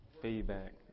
feedback